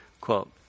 Quote